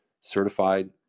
certified